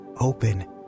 open